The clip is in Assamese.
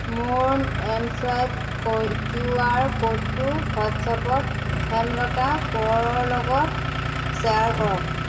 মোৰ এম চুৱাইপ কয় কিউ আৰ ক'ডটো হোৱাট্ছএপত হেমলতা কোঁৱৰৰ লগত শ্বেয়াৰ কৰক